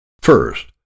First